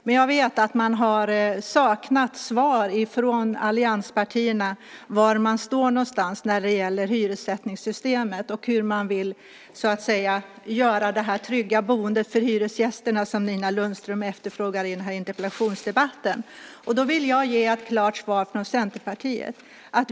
Men jag vet att man har saknat svar från allianspartierna om var de står någonstans när det gäller hyressättningssystemet och hur de vill åstadkomma det trygga boende för hyresgästerna som Nina Lundström efterfrågar i den här interpellationsdebatten. Då vill jag ge ett klart svar från Centerpartiet.